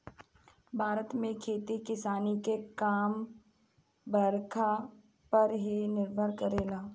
भारत में खेती किसानी के काम बरखा पर ही निर्भर करेला